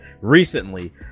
recently